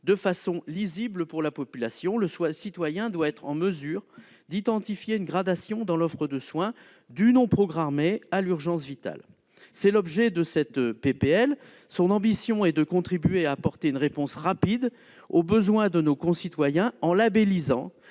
cela soit lisible pour la population : le citoyen doit être en mesure d'identifier une gradation dans l'offre de soins, du soin non programmé à l'urgence vitale. Tel est l'objet de cette proposition de loi, dont l'ambition est de contribuer à apporter une réponse rapide aux besoins de nos concitoyens, en labellisant